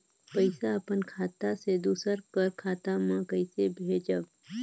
पइसा अपन खाता से दूसर कर खाता म कइसे भेजब?